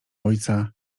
ojca